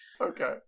Okay